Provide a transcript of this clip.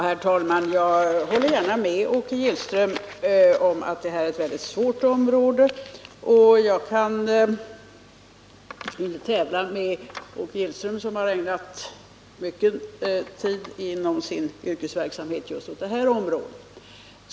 Herr talman! Jag håller gärna med Åke Gillström om att det här är ett mycket svårt område. Och jag kan inte tävla med Åke Gillström, som har ägnat mycken tid inom sin yrkesverksamhet just åt det här området.